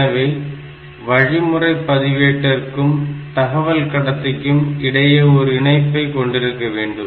எனவே வழிமுறை பதிவேட்டிற்க்கும் தகவல் கடத்திக்கும் இடையே ஒரு இணைப்பை கொண்டிருக்க வேண்டும்